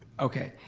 okay.